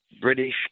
British